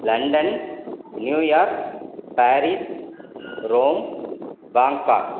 London New York Paris Rome Bangkok